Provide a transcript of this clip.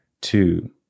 two